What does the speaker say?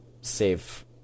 save